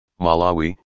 Malawi